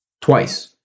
Twice